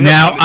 Now